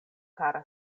kara